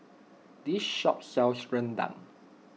this shop sells Rendang